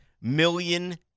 million